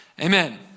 Amen